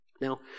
Now